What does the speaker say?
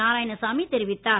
நாராயணசாமி தெரிவித்தார்